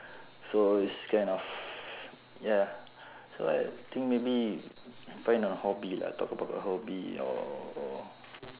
so it's kind of ya so I think maybe find a hobby lah talk about your hobby or or